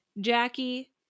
Jackie